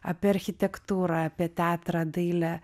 apie architektūrą apie teatrą dailę